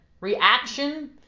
Reaction